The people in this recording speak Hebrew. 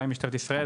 גם משטרת ישראל,